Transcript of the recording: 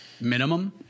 minimum